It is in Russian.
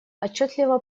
отчетливо